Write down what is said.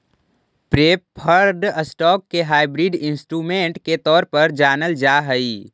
preferred stock के hybrid instrument के तौर पर जानल जा हइ